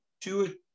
two